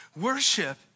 Worship